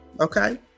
Okay